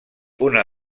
una